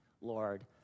Lord